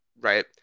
right